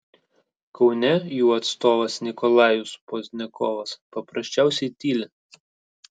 kaune jų atstovas nikolajus pozdniakovas paprasčiausiai tyli